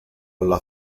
alla